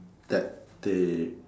that they